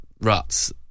ruts